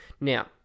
Now